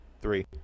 three